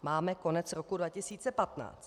Máme konec roku 2015.